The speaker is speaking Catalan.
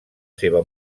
seva